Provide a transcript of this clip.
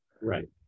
Right